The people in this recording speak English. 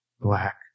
Black